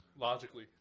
logically